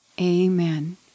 Amen